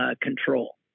control